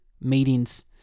meetings